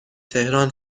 تهران